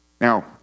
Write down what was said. Now